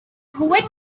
quit